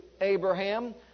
Abraham